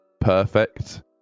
perfect